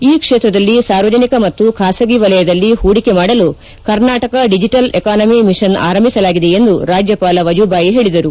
ಈ ಕ್ಷೇತ್ರದಲ್ಲಿ ಸಾರ್ವಜನಿಕ ಮತ್ತು ಖಾಸಗಿ ವಲಯದಲ್ಲಿ ಪೂಡಿಕೆ ಮಾಡಲು ಕರ್ನಾಟಕ ಡಿಜೆಟಲ್ ಎಕಾನಮಿ ಮಿಷನ್ ಆರಂಭಿಸಲಾಗಿದೆ ಎಂದು ರಾಜ್ಯಪಾಲ ವಜೂಭಾಯಿ ಹೇಳಿದರು